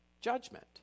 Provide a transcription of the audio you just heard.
Judgment